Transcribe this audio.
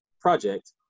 project